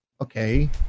Okay